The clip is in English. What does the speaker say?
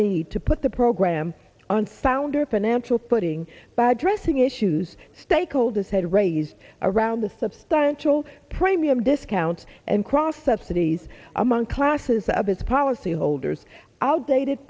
need to put the program on founder financial putting by addressing issues stakeholders had raised around the substantial premium discount and cross subsidies among classes of its policyholders outdated